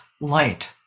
light